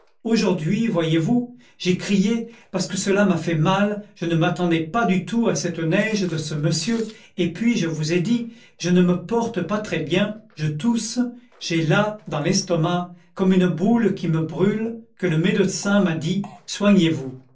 aujourd'hui voyez-vous j'ai crié parce que cela m'a fait mal je ne m'attendais pas du tout à cette neige de ce monsieur et puis je vous ai dit je ne me porte pas très bien je tousse j'ai là dans l'estomac comme une boule qui me brûle que le médecin me dit soignez-vous